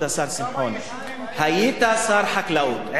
כבוד השר שמחון, היית שר חקלאות.